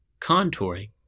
contouring